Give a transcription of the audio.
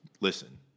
Listen